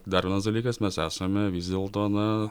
dar vienas dalykas mes esame vis dėlto na